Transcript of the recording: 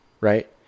right